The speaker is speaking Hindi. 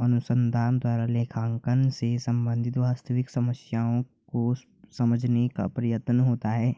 अनुसंधान द्वारा लेखांकन से संबंधित वास्तविक समस्याओं को समझाने का प्रयत्न होता है